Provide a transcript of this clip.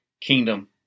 kingdom